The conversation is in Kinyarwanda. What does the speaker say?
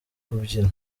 kubyina